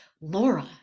Laura